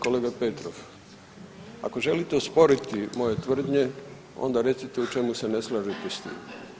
Kolega Petrov ako želite osporiti moje tvrdnje onda recite u čemu se ne slažete s tim.